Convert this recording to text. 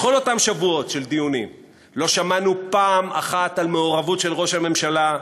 בכל אותם שבועות של דיונים לא שמענו פעם אחת על מעורבות של ראש הממשלה,